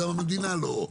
המדינה לא.